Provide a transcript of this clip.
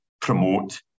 promote